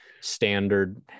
standard